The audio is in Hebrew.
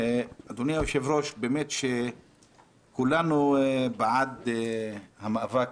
אדוני היושב-ראש, כולנו בעד המאבק